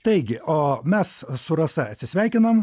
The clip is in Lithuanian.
taigi o mes su rasa atsisveikinam